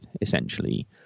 essentially